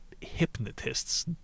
hypnotists